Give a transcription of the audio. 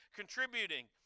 contributing